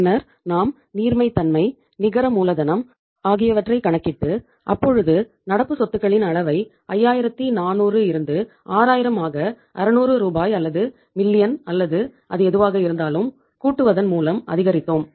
பின்னர் நாம் நீர்மை தன்மை நிகர மூலதனம் ஆகியவற்றை கணக்கிட்டு அப்பொழுது நடப்பு சொத்துகளின் அளவை 5400 இருந்து 6000 ஆக 600 ரூபாய் அல்லது மில்லியன் அல்லது அது எதுவாக இருந்தாலும் கூட்டுவதன் மூலம் அதிகரித்தோம்